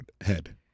head